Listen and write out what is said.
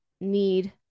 need